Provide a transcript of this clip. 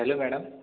hello madam